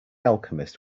alchemist